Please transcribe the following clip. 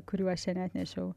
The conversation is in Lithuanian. kurių aš čia neatnešiau